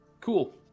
cool